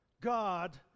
God